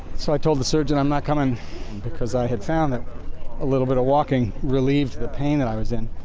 so i told the surgeon, i'm not coming because i had found that a little bit of walking relieved the pain that i was in.